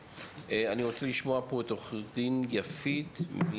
אני רוצה לשמוע פה את עורכת דין יפית איצקוביץ'.